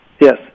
Yes